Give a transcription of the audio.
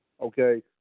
Okay